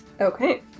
Okay